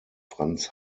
franz